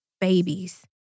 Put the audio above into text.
babies